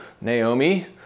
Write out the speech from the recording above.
Naomi